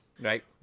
Right